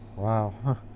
Wow